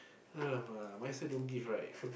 !alamak! might as well don't give right